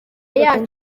yacu